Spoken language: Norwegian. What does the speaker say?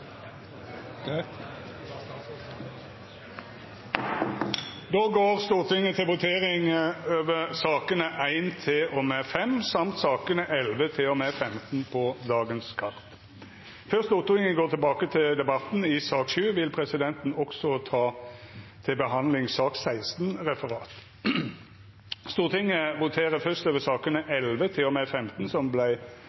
Då går Stortinget til votering over sakene nr. 1–5 og sakene nr. 11–15 på dagens kart. Før Stortinget går tilbake til debatten i sak nr. 7, vil presidenten også ta til behandling sak nr. 16, Referat. Stortinget voterer først over sakene